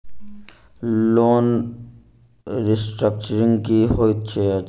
Loan restructuring की होइत अछि?